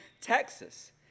Texas